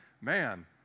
man